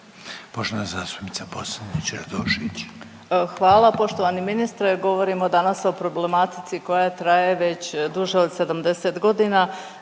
Poštovani ministre govorimo danas o problematici koja traje već duže od 70 godina.